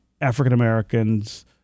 African-Americans